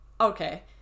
Okay